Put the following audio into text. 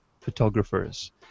photographers